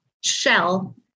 Shell